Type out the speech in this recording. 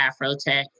Afrotech